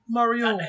Mario